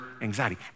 anxiety